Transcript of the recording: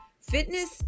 Fitness